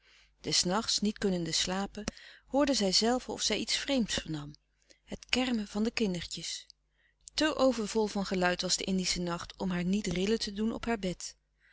des nachts niet kunnende slapen hoorde zij zelve of zij iets vreemds vernam het kermen van de kindertjes te overvol van geluid was de indilouis couperus de stille kracht sche nacht om haar niet rillen te doen op haar bed